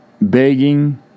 begging